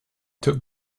took